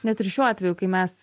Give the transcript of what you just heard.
net ir šiuo atveju kai mes